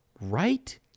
Right